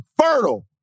fertile